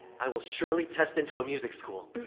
i will surely test into a music school.